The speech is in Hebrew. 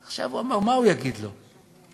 הוא אמר, מה הוא יגיד לו,